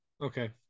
Okay